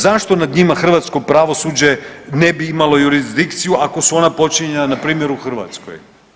Zašto nad njima hrvatsko pravosuđe ne bi imalo jurisdikciju ako su ona počinjena na primjer, u Hrvatskoj?